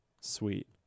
sweet